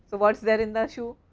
what is there in the shoe?